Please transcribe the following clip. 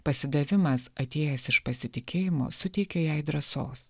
pasidavimas atėjęs iš pasitikėjimo suteikė jai drąsos